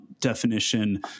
definition